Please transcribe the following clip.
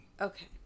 okay